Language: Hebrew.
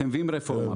אתם מביאים רפורמה.